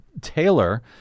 Taylor